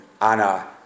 Anna